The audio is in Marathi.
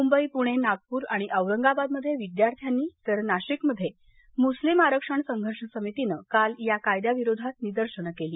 मुंबई पुणे नागपूर आणि औरंगाबादमधे विद्यार्थ्यांनी तर नाशिकमध्ये मुस्लीम आरक्षण संघर्ष समितीनं काल या कायद्याविरोधात निदर्शनं केली